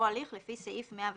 או הליך לפי סעיף 106(ב)